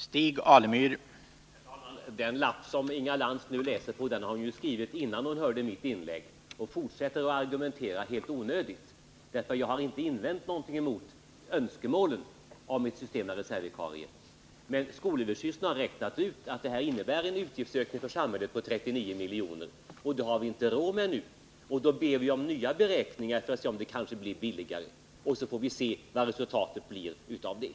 Herr talman! Den lapp som Inga Lantz nu läste från har hon ju skrivit innan hon hörde mitt inlägg. Hon fortsätter att argumentera helt i onödan. Jag har inte invänt emot önskemålet om ett system med reservvikarier, men skolöverstyrelsen har räknat ut att detta innebär en utgiftsökning för samhället på 39 miljoner, och det har vi inte råd med nu. Vi har bett om nya beräkningar, som kanske visar att det skulle kunna bli billigare, och sedan får vi se vad resultatet blir av det.